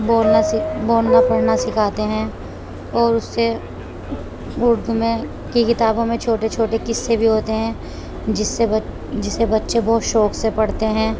بولنا سی بولنا پڑھنا سکھاتے ہیں اور اس سے اردو میں کی کتابوں میں چھوٹے چھوٹے قصے بھی ہوتے ہیں جسے بچ جسے بچے بہت شوق سے پڑھتے ہیں